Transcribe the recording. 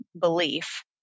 belief